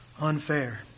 unfair